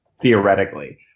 theoretically